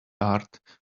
art